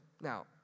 Now